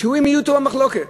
שהם יהיו אתו במחלוקת.